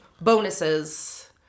bonuses